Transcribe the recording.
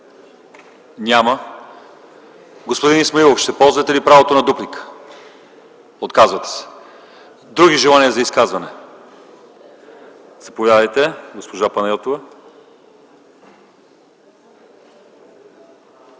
няма. Господин Исмаилов, ще ползвате ли правото на дуплика? Отказвате се. Има ли желание за изказване? Заповядайте, госпожо Панайотова.